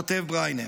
כותב בריינר.